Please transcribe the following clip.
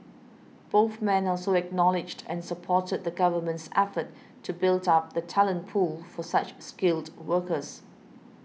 both men also acknowledged and supported the Government's efforts to build up the talent pool for such skilled workers